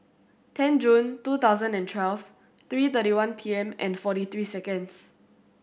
ten June two thousand and twelve three thirty one P M and forty three seconds